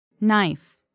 Knife